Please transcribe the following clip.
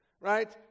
Right